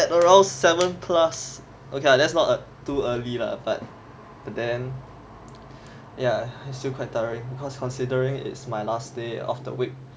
at around seven plus okay lah that's not too early lah but then ya it's still quite tiring because considering it's my last day of the week